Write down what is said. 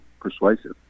persuasive